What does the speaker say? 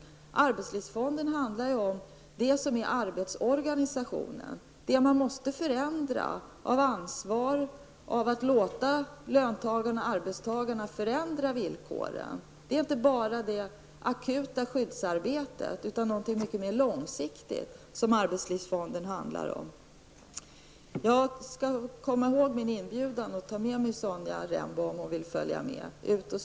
Arbetslivsfonden handlar ju om arbetslivsorganisationen -- det man måste förändra i fråga om ansvar, i fråga om att låta arbetstagarna förändra villkoren. Det är inte bara det akuta skyddsarbetet utan någonting mycket mer långsiktigt som arbetslivsfonden handlar om. Jag skall komma ihåg min inbjudan och ta med mig Sonja Rembo ut och studera, om hon vill följa med.